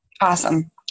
Awesome